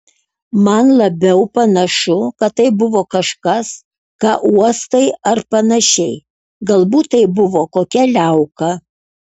man labiau panašu kad tai buvo kažkas ką uostai ar panašiai galbūt tai buvo kokia liauka